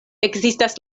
ekzistas